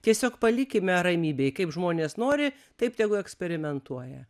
tiesiog palikime ramybėj kaip žmonės nori taip tegu eksperimentuoja